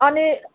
अनि